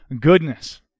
goodness